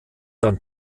dann